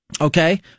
Okay